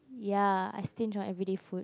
ya I stinge on everyday food